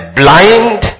blind